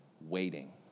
waiting